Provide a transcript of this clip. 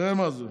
תראה מה זה,